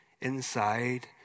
inside